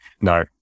No